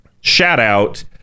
shout-out